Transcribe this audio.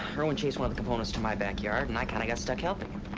irwin chased one of the components to my backyard and i kinda got stuck helping him.